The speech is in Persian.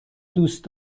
دوست